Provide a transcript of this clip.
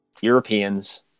Europeans